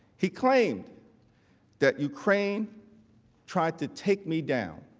he claimed that ukraine tried to take me down.